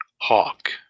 Hawk